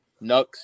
Nux